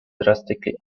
drastically